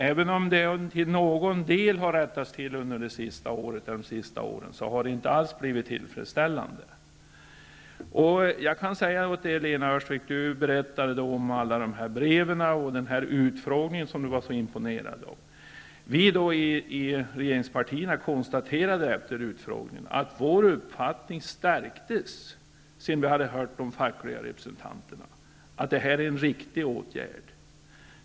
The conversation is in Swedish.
Även om det till någon del har rättats till under de senaste åren, har det inte alls blivit tillfredsställande. Lena Öhrsvik berättade om alla dessa brev och om denna utfrågning som hon var så imponerad av. Vi i regeringspartierna konstaterade efter utfrågningen att vår uppfattning stärktes sedan vi hade hört de fackliga representanterna -- att det här är en riktig åtgärd.